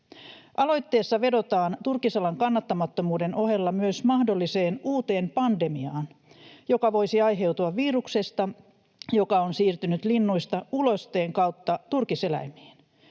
Aloitteessa vedotaan turkisalan kannattamattomuuden ohella myös mahdolliseen uuteen pandemiaan, joka voisi aiheutua viruksesta, joka on siirtynyt linnuista ulosteen kautta turkiseläimiin.